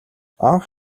анх